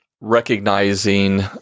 recognizing